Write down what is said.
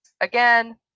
Again